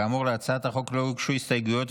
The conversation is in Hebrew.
כאמור, להצעת החוק לא הוגשו הסתייגויות.